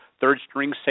third-string